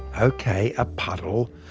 ok. a puddle!